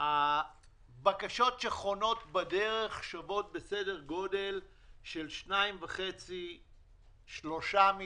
הבקשות שחונות בדרך שוות לסדר גודל של 3-2.5 מיליארד,